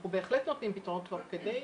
אנחנו בהחלט נותנים פתרונות תוך כדי.